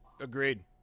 agreed